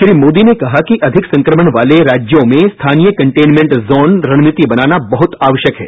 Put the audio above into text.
श्री मोदी ने कहा कि अधिक संक्रमण वाले राज्यों में स्थानीय कंटेनमेंट जोन रणनीति बनाना बहुत आवश्यक है